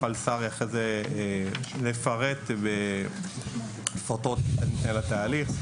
סער יפרט אחרי זה לגבי התהליך.